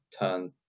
turn